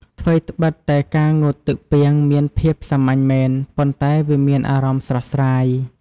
ថ្វីដ្បិតតែ ការងូតទឹកពាងមានភាពសាមញ្ញមែន ប៉ុន្តែវាមានអារម្មណ៍ស្រស់ស្រាយ។